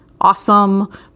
awesome